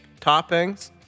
toppings